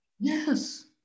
Yes